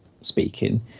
speaking